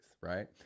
right